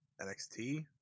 NXT